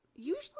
Usually